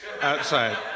outside